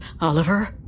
Oliver